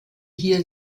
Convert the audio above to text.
hier